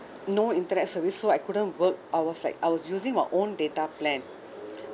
no internet service so I couldn't work I was like I was using my own data plan